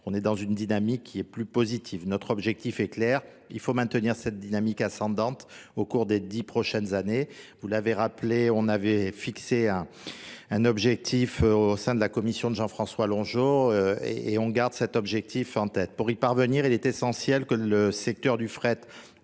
On est dans une dynamique qui est plus positive. Notre objectif est clair, il faut maintenir cette dynamique ascendante au cours des dix prochaines années. Vous l'avez rappelé, on avait fixé un objectif au sein de la commission de Jean-François Longereau et on garde cet objectif en tête. Pour y parvenir, il est essentiel que le secteur du fret